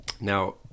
Now